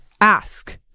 ask